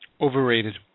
Overrated